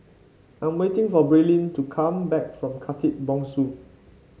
I'm waiting for Braelyn to come back from Khatib Bongsu